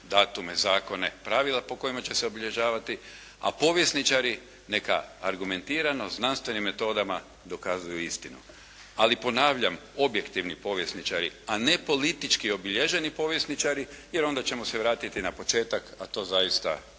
datume, zakone, pravila po kojima će se obilježavati, a povjesničari neka argumentirano znanstvenim metodama dokazuju istinu. Ali ponavljam, objektivni povjesničari, a ne politički obilježeni povjesničari, jer onda ćemo se vratiti na početak, a to zaista